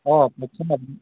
অঁ কওঁকচোন আপুনি